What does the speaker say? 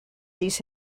these